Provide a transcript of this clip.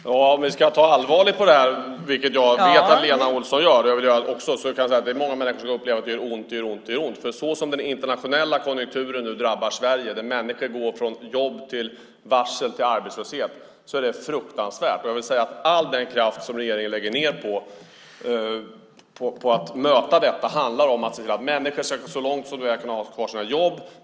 Herr talman! Om vi ska ta allvarligt på det här, vilket jag vet att Lena Olsson gör - det gör jag också - kan jag säga att det är många människor som upplever att det gör "ont, det gör ont, det gör ont". Så som den internationella konjunkturen nu drabbar Sverige, där människor går från jobb till varsel till arbetslöshet, är det fruktansvärt. Jag vill säga att all den kraft som regeringen lägger på att möta detta handlar om att se till att människor så långt som möjligt kan ha kvar sina jobb.